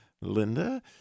Linda